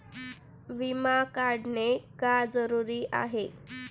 विमा काढणे का जरुरी आहे?